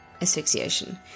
asphyxiation